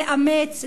לאמץ,